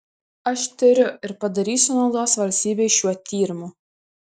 aš tiriu ir padarysiu naudos valstybei šiuo tyrimu